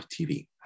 TV